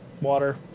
water